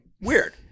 Weird